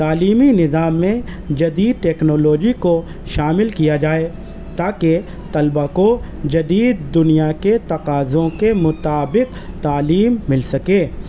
تعلیمی نظام میں جدید ٹیکنالوجی کو شامل کیا جائے تاکہ طلبا کو جدید دنیا کے تقاضوں کے مطابق تعلیم مل سکے